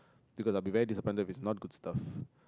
because I would be very disappointed if it's not good stuff